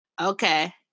Okay